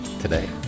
today